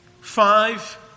five